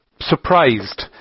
surprised